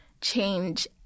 change